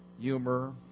humor